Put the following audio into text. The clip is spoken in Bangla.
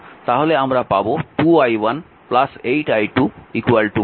তাহলে আমরা পাব 2 i1 8 i2 5